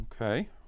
Okay